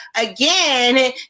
again